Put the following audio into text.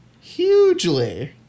hugely